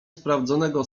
sprawdzonego